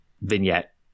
vignette